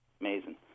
Amazing